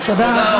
תודה רבה.